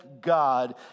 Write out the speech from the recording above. God